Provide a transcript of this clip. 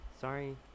Sorry